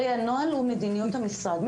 הנוהל הוא מדיניות המשרד,